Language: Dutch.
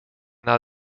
maar